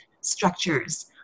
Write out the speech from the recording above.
structures